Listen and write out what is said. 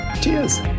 Cheers